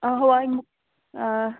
ꯍꯋꯥꯏ ꯃꯨꯛ ꯑꯥ